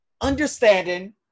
understanding